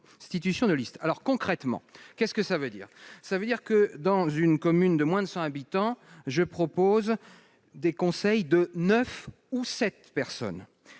alors concrètement, qu'est ce que ça veut dire ça veut dire que dans une commune de moins de 100 habitants, je propose des conseils de 9 ou 7 personnes